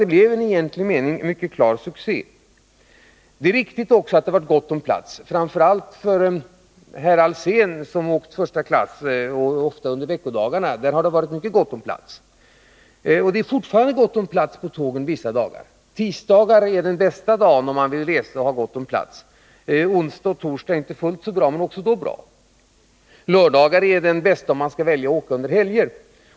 Det blev en i egentlig mening klar succé. Det är också riktigt att det är gott om plats. Särskilt för herr Alsén, som åkt första klass och ofta har åkt under veckodagarna, har det varit mycket gott om plats. Och det är fortfarande gott om plats på tågen vissa dagar. Tisdagar är den bästa dagen om man vill resa och ha gott om plats. Onsdag och torsdag är inte fullt så bra men ändå bra. Lördagen är den bästa om man väljer att åka under helger.